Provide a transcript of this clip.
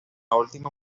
última